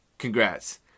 Congrats